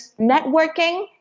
networking